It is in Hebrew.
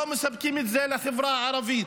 לא מספקים את זה לחברה הערבית,